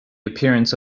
appearance